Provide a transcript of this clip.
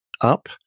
up